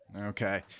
Okay